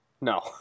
No